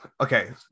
okay